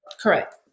Correct